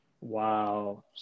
Wow